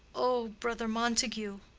o brother montague,